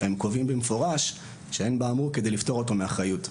הם קובעים במפורש שאין באמור כדי לפטור אותו מאחריות.